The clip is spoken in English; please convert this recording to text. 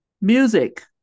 Music